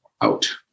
out